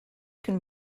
cyn